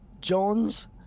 Jones